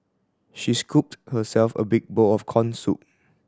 she scooped herself a big bowl of corn soup